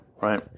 right